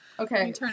Okay